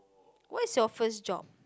what's your first job